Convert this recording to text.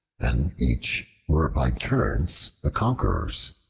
and each were by turns the conquerors.